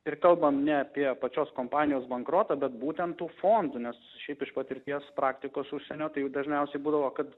ir kalbam ne apie pačios kompanijos bankrotą bet būtent tų fondų nes šiaip iš patirties praktikos užsienio tai juk dažniausiai būdavo kad